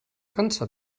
cansa